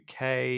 UK